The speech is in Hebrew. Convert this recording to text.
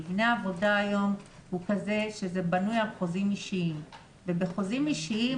מבנה העבודה היום הוא כזה שזה בנוי על חוזים אישיים ובחוזים אישיים